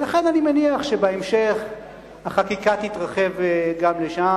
לכן אני מניח שבהמשך החקיקה תתרחב גם לשם,